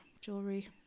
jewelry